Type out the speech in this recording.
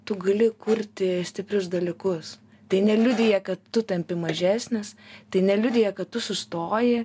tu gali kurti stiprius dalykus tai neliudija kad tu tampi mažesnis tai neliudija kad tu sustoji